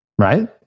Right